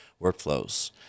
workflows